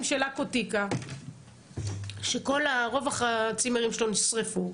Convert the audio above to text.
של עכו טיקה שרוב הצימרים שלו נשרפו,